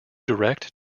direct